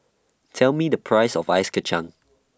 Tell Me The Price of Ice Kachang